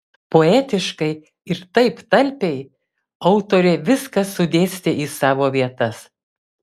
poetiškai ir taip talpiai autorė viską sudėstė į savo vietas